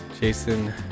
Jason